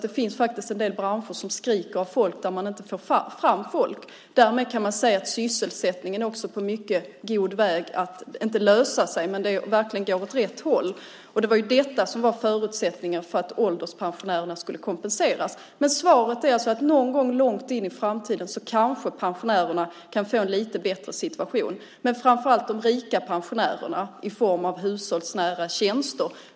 Det finns faktiskt en del branscher som skriker efter folk, där man inte får fram folk. Därmed kan man säga att sysselsättningen också är på mycket god väg att - inte lösa sig, men det går verkligen åt rätt håll. Det var ju detta som var förutsättningen för att ålderspensionärerna skulle kompenseras. Svaret är alltså att någon gång långt in i framtiden kanske pensionärerna kan få en lite bättre situation, men framför allt de rika pensionärerna i form av hushållsnära tjänster.